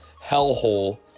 hellhole